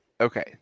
Okay